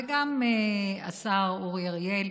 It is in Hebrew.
וגם השר אורי אריאל,